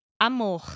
amor